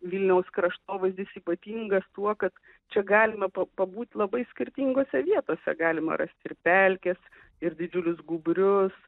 vilniaus kraštovaizdis ypatingas tuo kad čia galima pabūti labai skirtingose vietose galima rasti ir pelkes ir didžiulius gūbrius